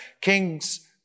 kings